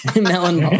Melon